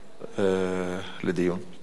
בבקשה.